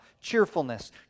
cheerfulness